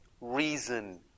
Reason